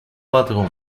bathroom